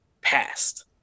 Passed